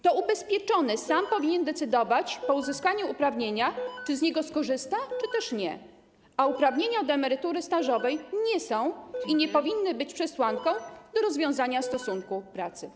To ubezpieczony sam powinien decydować po uzyskaniu uprawnienia, czy z niego skorzysta, czy też nie, a uprawnienia do emerytury stażowej nie są i nie powinny być przesłanką do rozwiązania stosunku pracy.